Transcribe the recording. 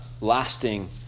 lasting